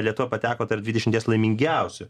lietuva pateko tarp dvidešimties laimingiausių